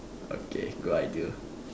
okay good idea